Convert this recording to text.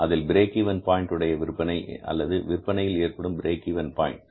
அதில் break even point உடைய விற்பனை அல்லது விற்பனையில் ஏற்படும் பிரேக் இவென் பாயின்ட்